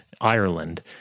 Ireland